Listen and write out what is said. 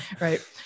right